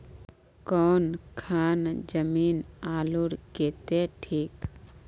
कौन खान जमीन आलूर केते ठिक?